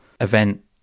event